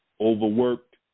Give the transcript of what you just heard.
overworked